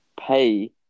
pay